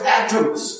atoms